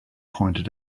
pointed